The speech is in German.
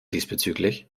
diesbezüglich